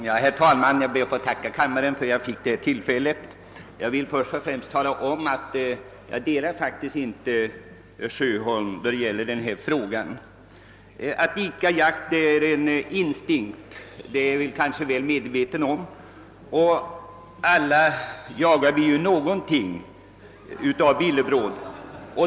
Herr talman! Jag ber att få tacka kammaren för att jag fått tillfälle att yttra mig. Jag delar faktiskt inte herr Sjöholms åsikter i denna fråga. Att vilja idka jakt är en instinkt — det torde de flesta vara medvetna om. Alla jagar vi något slags villebråd.